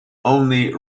only